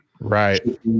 Right